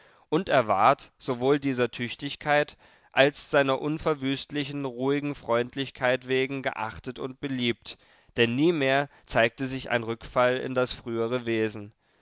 und er ward sowohl dieser tüchtigkeit als seiner unverwüstlichen ruhigen freundlichkeit wegen geachtet und beliebt denn nie mehr zeigte sich ein rückfall in das frühere wesen